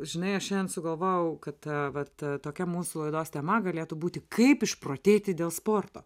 žinai aš sugalvojau kad vat tokia mūsų laidos tema galėtų būti kaip išprotėti dėl sporto